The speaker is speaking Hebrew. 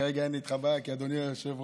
כרגע אין לי איתך בעיה, אדוני היושב-ראש,